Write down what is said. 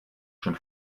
schon